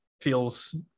feels